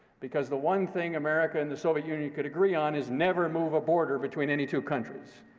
because the one thing america and the soviet union could agree on is never move a border between any two countries,